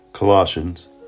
Colossians